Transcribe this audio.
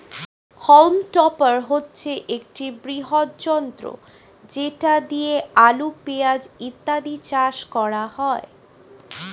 হল্ম topper হচ্ছে একটি বৃহৎ যন্ত্র যেটা দিয়ে আলু, পেঁয়াজ ইত্যাদি চাষ করা হয়